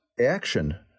action